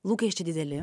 lūkesčiai dideli